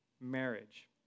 marriage